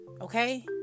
Okay